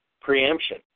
preemption